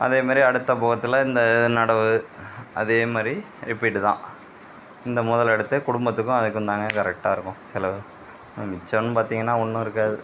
அதே மாதிரி அடுத்த போகத்தில் இந்த நடவு அதே மாதிரி ரிபீட்டு தான் இந்த முதல் எடுத்து குடும்பத்துக்கும் அதுக்குந்தாங்க கரெட்டாக இருக்கும் செலவு மிச்சம்னு பார்த்திங்கனா ஒன்றும் இருக்காது